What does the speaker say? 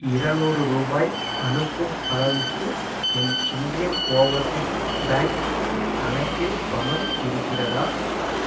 இரநூறு ரூபாய் அனுப்பும் அளவுக்கு என் இந்தியன் ஓவர்சீஸ் பேங்க் கணக்கில் பணம் இருக்கிறதா